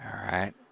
alright,